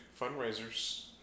fundraisers